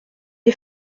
est